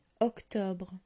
Octobre